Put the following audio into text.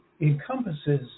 encompasses